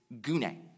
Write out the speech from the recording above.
gune